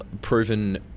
proven